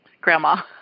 Grandma